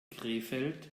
krefeld